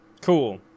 Cool